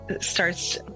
starts